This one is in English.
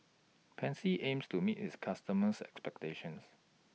Pansy aims to meet its customers' expectations